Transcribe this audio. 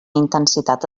intensitat